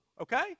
okay